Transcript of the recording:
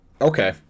Okay